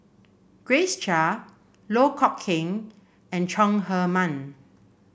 Grace Chia Loh Kok Heng and Chong Heman